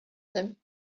him